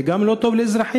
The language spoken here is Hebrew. וזה גם לא טוב לאזרחים.